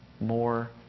more